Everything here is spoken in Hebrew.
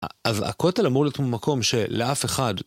אז הכותל אמור להיות מקום שלאף אחד